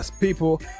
People